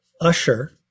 usher